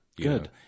Good